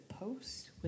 post